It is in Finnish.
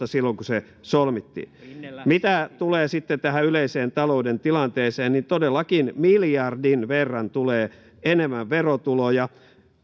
silloin kun se solmittiin mitä tulee sitten tähän yleiseen talouden tilanteeseen niin todellakin miljardin verran tulee enemmän verotuloja